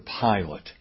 pilot